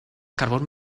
carbón